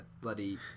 bloody